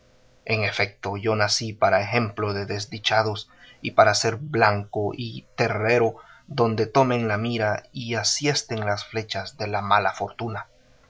en efecto yo nací para ejemplo de desdichados y para ser blanco y terrero donde tomen la mira y asiesten las flechas de la mala fortuna